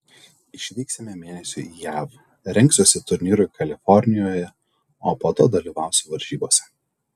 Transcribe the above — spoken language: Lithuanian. išvyksime mėnesiui į jav rengsiuosi turnyrui kalifornijoje o po to dalyvausiu varžybose